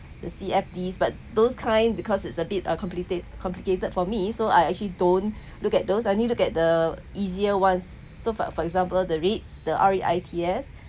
the C_F_D but those kind because it's a bit uh compli~ complicated for me so I actually don't look at those I need look at the easier ones so far for example the REITs the R_E_I_T S